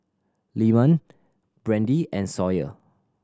Lyman Brandi and Sawyer